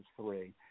three